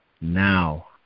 now